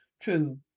True